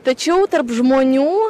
tačiau tarp žmonių